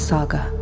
Saga